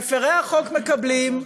מפרי החוק מקבלים,